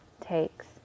takes